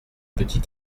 petit